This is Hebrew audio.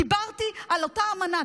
דיברתי על אותה אמנה.